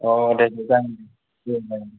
औ दे मोजां दोनबाय